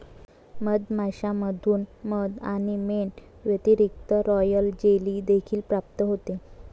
मधमाश्यांमधून मध आणि मेण व्यतिरिक्त, रॉयल जेली देखील प्राप्त होते